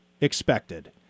expected